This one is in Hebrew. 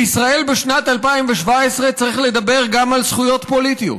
בישראל בשנת 2017 צריך לדבר גם על זכויות פוליטיות,